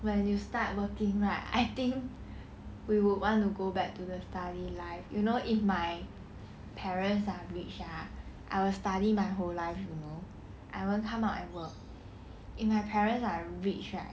when you start working right I think we would want to go back to the study life you know if my parents are rich ah I will study my whole life you know I won't come out at work if my parents are rich right